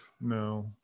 No